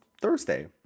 Thursday